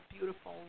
beautiful